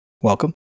Welcome